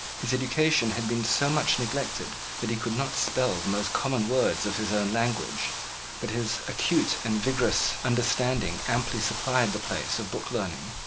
his education had been so much neglected that he could not spell the most common words of his own language but his acute and vigorous understanding amply supplied the place of book learning.